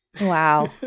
Wow